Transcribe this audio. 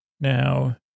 Now